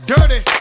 Dirty